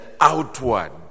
outward